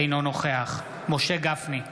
אינו נוכח משה גפני,